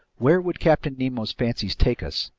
where would captain nemo's fancies take us?